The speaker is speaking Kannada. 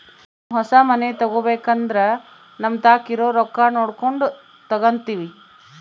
ನಾವು ಹೊಸ ಮನೆ ತಗಬೇಕಂದ್ರ ನಮತಾಕ ಇರೊ ರೊಕ್ಕ ನೋಡಕೊಂಡು ತಗಂತಿವಿ